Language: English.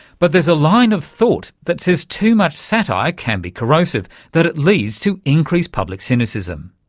but there is a line of thought that says too much satire can be corrosive, that it leads to increased public cynicism.